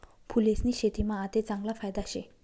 फूलेस्नी शेतीमा आते चांगला फायदा शे